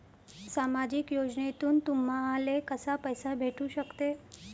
सामाजिक योजनेतून तुम्हाले कसा पैसा भेटू सकते?